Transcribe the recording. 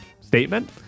statement